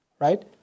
Right